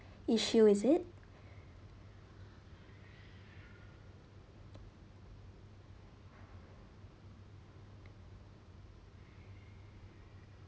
issue is it